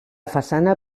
façana